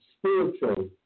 spiritual